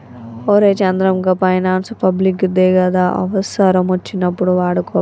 ఒరే చంద్రం, గా finance public దే గదా, అవుసరమచ్చినప్పుడు వాడుకోవాలె